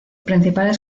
principales